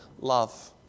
love